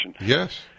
Yes